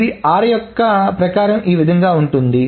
ఇది r యొక్క ప్రకారం ఈ విధంగా ఉంటుంది